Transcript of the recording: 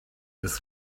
ist